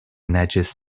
نجس